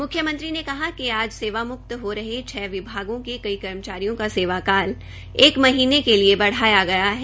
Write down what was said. मुख्यमंत्री ने कहा कि आज सेवामुक्त हो रहे छ विभागों के कई कर्मचारियों का सेवाकाल एक महीनें के लिए बढ़ाया गया है